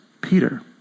Peter